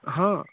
ହଁ